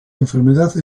enfermedad